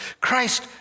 Christ